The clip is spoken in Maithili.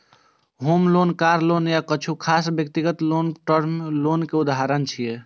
होम लोन, कार लोन आ किछु खास व्यक्तिगत लोन टर्म लोन के उदाहरण छियै